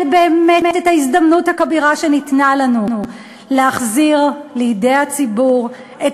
באמת את ההזדמנות הכבירה שניתנה לנו להחזיר לידי הציבור את